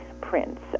prints